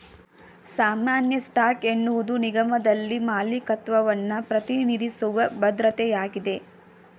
ಸಾಮಾನ್ಯ ಸ್ಟಾಕ್ ಎನ್ನುವುದು ನಿಗಮದಲ್ಲಿ ಮಾಲೀಕತ್ವವನ್ನ ಪ್ರತಿನಿಧಿಸುವ ಭದ್ರತೆಯಾಗಿದೆ